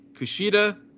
Kushida